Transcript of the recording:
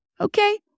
Okay